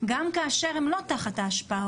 גם כאשר הם לא תחת ההשפעה,